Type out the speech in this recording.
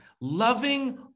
loving